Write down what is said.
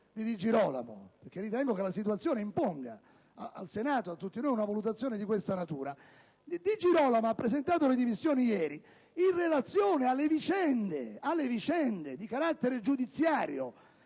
Di Girolamo - ritengo che la situazione imponga al Senato, a tutti noi, una valutazione diversa. Il senatore Di Girolamo ha presentato le dimissioni ieri, in relazione a vicende di carattere giudiziario